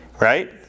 right